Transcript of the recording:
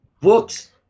Books